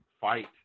fight